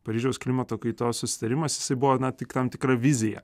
paryžiaus klimato kaitos susitarimas jisai buvo na tik tam tikra vizija